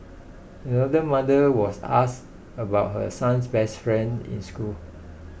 another mother was asked about her son's best friend in school